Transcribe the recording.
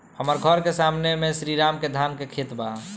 हमर घर के सामने में श्री राम के धान के खेत बा